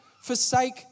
forsake